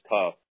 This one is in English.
tough